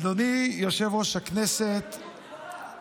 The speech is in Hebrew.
אדוני יושב-ראש הישיבה,